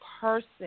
person